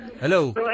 hello